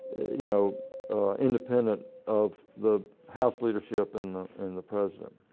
you know independent of the house leadership and and the president.